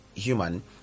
human